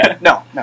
no